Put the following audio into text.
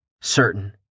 certain